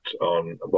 on